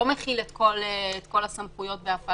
לא מחילים כל מיני דברים אחרים.